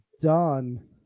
done